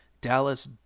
Dallas